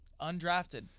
Undrafted